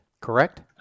correct